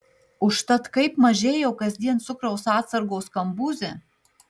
užtat kaip mažėjo kasdien cukraus atsargos kambuze